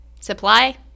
Supply